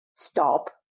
Stop